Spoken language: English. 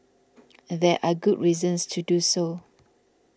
there are good reasons to do so